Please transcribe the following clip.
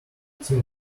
team